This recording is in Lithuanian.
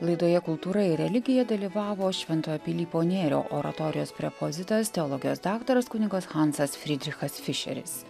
laidoje kultūra ir religija dalyvavo šventojo pilypo nėrio oratorijos prepozitas teologijos daktaras kunigas hansas frydrichas fišeris